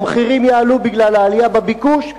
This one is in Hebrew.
המחירים יעלו בגלל העלייה בביקוש.